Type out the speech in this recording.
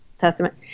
Testament